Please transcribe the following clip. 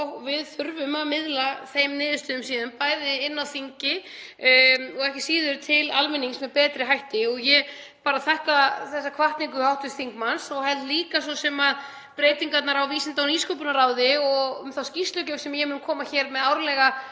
við þurfum að miðla þeim niðurstöðum síðan bæði inni á þingi en ekki síður til almennings með betri hætti. Ég bara þakka þessa hvatningu hv. þingmanns og held líka svo sem að breytingarnar á Vísinda- og nýsköpunarráði og um skýrslugjöf sem ég mun koma hér með árlega